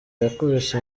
yakubise